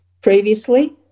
previously